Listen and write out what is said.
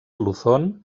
luzon